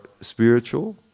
spiritual